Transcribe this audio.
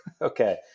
okay